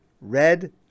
red